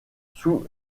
sous